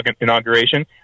inauguration